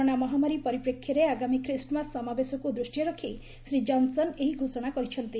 corona ମହାମାରୀ ପରିପ୍ରେକ୍ଷୀରେ ଆଗାମୀ ଖ୍ରୀଷ୍ଟମାସ୍ ସମାବେଶକୁ ଦୃଷ୍ଟିରେ ରଖି ଶ୍ରୀ କନ୍ସନ୍ ଏହି ଘୋଷଣା କରିଛନ୍ତି